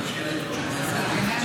ואני,